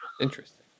Interesting